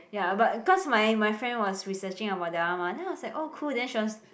ya but cause my my friend was researching about that one mah then I was like oh cool then she was